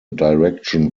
direction